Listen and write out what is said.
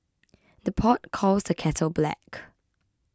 the pot calls the kettle black